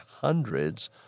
hundreds